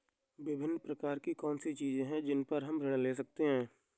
विभिन्न प्रकार की कौन सी चीजें हैं जिन पर हम ऋण ले सकते हैं?